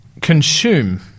consume